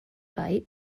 bite